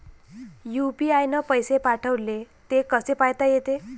UPI न पैसे पाठवले, ते कसे पायता येते?